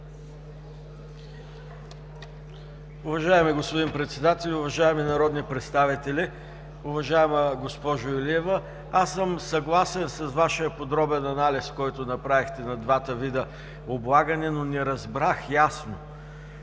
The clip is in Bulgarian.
Уважаеми господин Председателю, уважаеми народни представители! Уважаема госпожо Илиева, аз съм съгласен с Вашия подробен анализ, който направихте на двата вида облагане, но не разбрах ясно